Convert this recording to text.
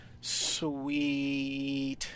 Sweet